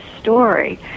story